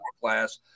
class